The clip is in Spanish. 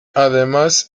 además